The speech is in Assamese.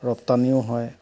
ৰপ্তানিও হয়